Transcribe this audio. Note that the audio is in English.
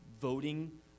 voting